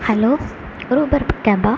hello Uber கேபா